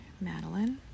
madeline